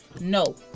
No